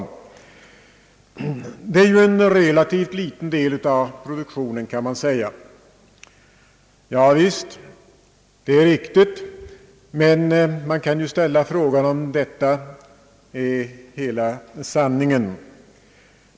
Man kan ju säga att det är en relativt liten del av produktionen, men man kan också ställa frågan om detta är hela sanningen.